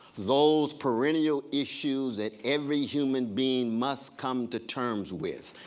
those perineal issues that every human being must come to terms with,